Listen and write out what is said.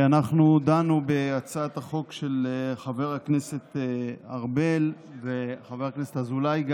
אנחנו דנו בהצעת החוק של חבר הכנסת ארבל וחבר הכנסת אזולאי.